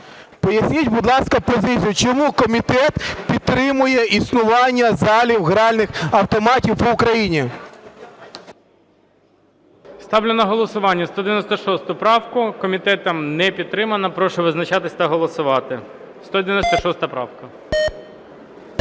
Поясніть, будь ласка, позицію, чому комітет підтримує існування залів гральних автоматів по Україні? ГОЛОВУЮЧИЙ. Ставлю на голосування 196 правку. Комітетом не підтримана. Прошу визначатись та голосувати. 196 правка.